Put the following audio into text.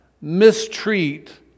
mistreat